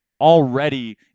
already